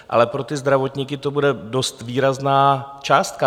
Ale pro ty zdravotníky to bude dost výrazná částka.